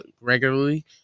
regularly